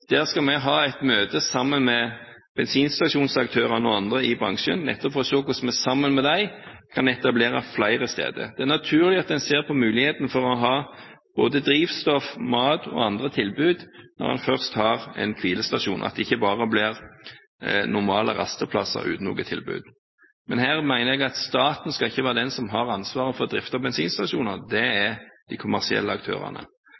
skal ha et møte sammen med bensinstasjonsaktørene og andre i bransjen nettopp for å se hvordan vi sammen med dem kan etablere flere steder. Det er naturlig at en ser på muligheten for å ha både drivstoff, mat og andre tilbud når en først har en hvilestasjon, og at det ikke bare blir normale rasteplasser uten noe tilbud. Men her mener jeg at staten ikke skal være den som har ansvaret for driften av bensinstasjoner. Det er de kommersielle aktørene.